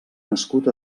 nascut